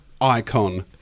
icon